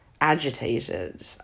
agitated